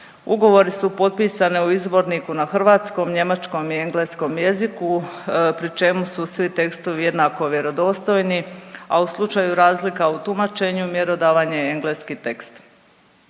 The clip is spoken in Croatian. Ugovori su potpisani u izvorniku na hrvatskom, njemačkom i engleskom jeziku, pri čemu su svi tekstovi jednako vjerodostojni, a u slučaju razlika u tumačenju, mjerodavan je engleski tekst.